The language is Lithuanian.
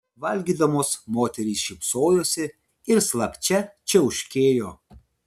valgydamos moterys šypsojosi ir slapčia čiauškėjo